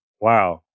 Wow